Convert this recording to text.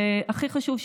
והכי חשוב,